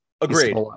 Agreed